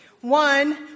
one